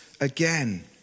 again